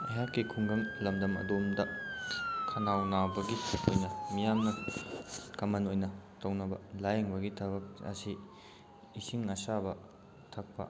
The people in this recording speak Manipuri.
ꯑꯩꯍꯥꯛꯀꯤ ꯈꯨꯡꯒꯪ ꯂꯝꯗꯝ ꯑꯗꯣꯝꯗ ꯈꯅꯥꯎ ꯅꯥꯕꯒꯤ ꯑꯩꯈꯣꯏꯅ ꯃꯤꯌꯥꯝꯅ ꯀꯃꯟ ꯑꯣꯏꯅ ꯇꯧꯅꯕ ꯂꯥꯏꯌꯦꯡꯕꯒꯤ ꯊꯕꯛ ꯑꯁꯤ ꯏꯁꯤꯡ ꯑꯁꯥꯕ ꯊꯛꯄ